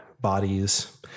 bodies